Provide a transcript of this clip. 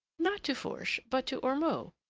not to fourche, but to ormeaux,